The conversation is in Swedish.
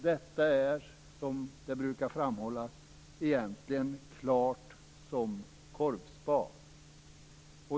Detta är, som det brukar framhållas, egentligen klart som korvspad.